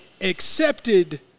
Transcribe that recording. accepted